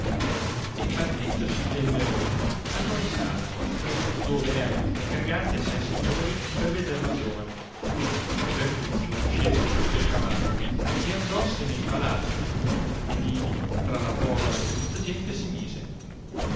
e partitosi del verone andò in sala dove erano congregati assai signori per veder la giovane iertuccio scese giù del cavallo e andossene in palazzo ed ivi tra la povera e minuta gente si mise